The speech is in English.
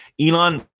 Elon